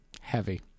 Heavy